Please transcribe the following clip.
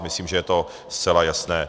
Myslím, že je to zcela jasné.